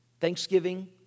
Thanksgiving